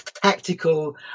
tactical